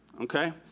okay